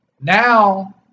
Now